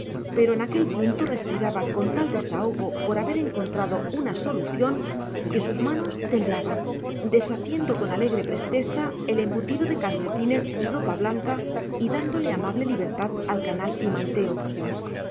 pero en aquel punto respiraba con tal desahogo por haber encontrado una solución que sus manos temblaban deshaciendo con alegre presteza el embutido de calcetines y ropa blanca y dando amable libertad al canal y manteo